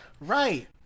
Right